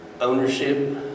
ownership